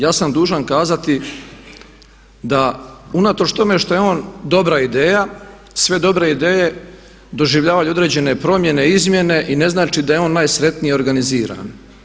Ja sam dužan kazati da unatoč tome što je on dobra ideja, sve dobre ideje doživljavaju određene promjene, izmjene i ne znači da je ona najsretnije organiziran.